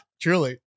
Truly